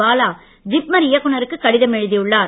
பாலா ஜிப்மர் இயக்குநருக்கு கடிதம் எழுதியுள்ளார்